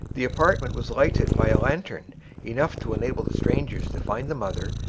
the apartment was lighted by a lantern enough to enable the strangers to find the mother,